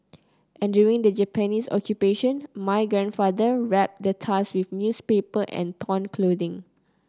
and during the Japanese Occupation my grandfather wrapped the tusk with newspaper and torn clothing